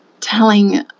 telling